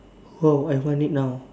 oh I want it now